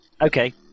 Okay